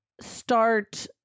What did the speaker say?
start